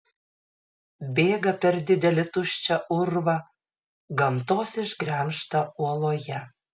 bėga per didelį tuščią urvą gamtos išgremžtą uoloje